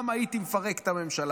גם הייתי מפרק את הממשלה.